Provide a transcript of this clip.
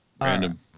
Random